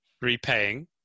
repaying